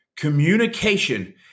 communication